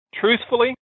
truthfully